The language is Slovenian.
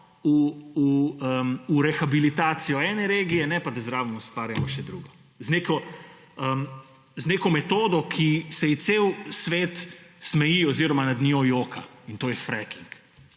v rehabilitacijo ene regije, ne pa, da zraven ustvarjamo še drugo z neko metodo, ki se ji cel svet smeji oziroma nad njo joka, in to je fracking.